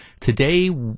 Today